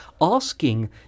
asking